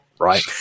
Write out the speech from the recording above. right